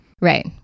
Right